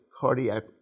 cardiac